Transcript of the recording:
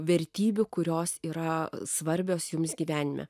vertybių kurios yra svarbios jums gyvenime